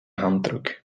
handdruk